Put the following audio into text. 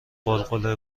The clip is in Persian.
غلغله